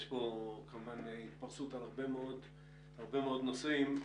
יש פה כמובן התפרסות על הרבה מאוד נושאים.